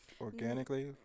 organically